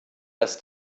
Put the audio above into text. das